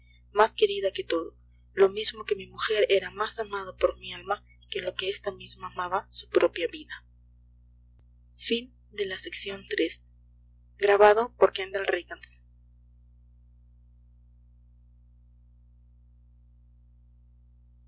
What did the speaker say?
más querida que todo lo mismo que mi mujer era más amada por mi alma que lo que esta misma amaba su propia vida